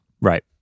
Right